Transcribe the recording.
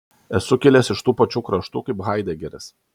esu kilęs iš tų pačių kraštų kaip haidegeris